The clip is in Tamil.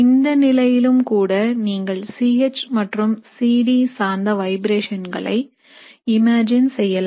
இந்த நிலையிலும் கூட நீங்கள் C H மற்றும் C D சார்ந்த வைப்ரேஷன்களை இமேஜின் செய்யலாம்